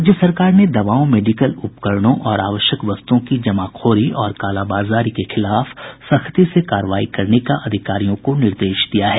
राज्य सरकार ने दवाओं मेडिकल उपकरणों और आवश्यक वस्तुओं की जमाखोरी और कालाबाजारी के खिलाफ सख्ती से कार्रवाई करने का अधिकारियों को निर्देश दिया है